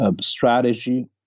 strategy